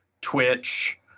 Twitch